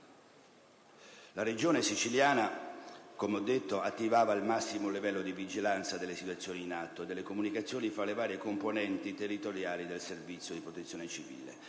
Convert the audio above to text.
La Regione siciliana, come ho detto, attivava il massimo livello di vigilanza delle situazioni in atto e delle comunicazioni tra le varie componenti territoriali del Servizio di protezione civile.